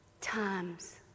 time's